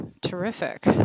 terrific